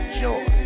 joy